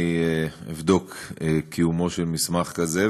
אני אבדוק קיומו של מסמך כזה,